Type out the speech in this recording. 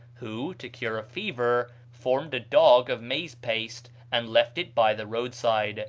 who, to cure a fever, formed a dog of maize paste and left it by the roadside,